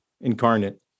incarnate